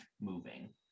moving